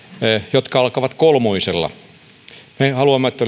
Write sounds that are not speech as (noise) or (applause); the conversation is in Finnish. jotka alkavat kolmosella me haluamme että (unintelligible)